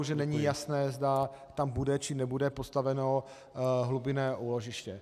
že není jasné, zda tam bude, či nebude postaveno hlubinné úložiště.